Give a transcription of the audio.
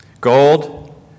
Gold